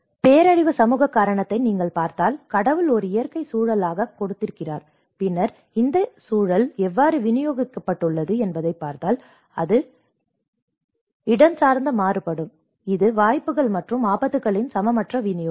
பேரழிவுகளின் சமூக காரணத்தை நீங்கள் பார்த்தால் கடவுள் ஒரு இயற்கை சூழலாகக் கொடுத்திருக்கிறார் பின்னர் இந்த சூழல் எவ்வாறு விநியோகிக்கப்பட்டுள்ளது என்பதைப் பார்த்தால் அது விநியோகிக்கப்படுகிறது அது இடஞ்சார்ந்த மாறுபடும் இது வாய்ப்புகள் மற்றும் ஆபத்துகளின் சமமற்ற விநியோகம்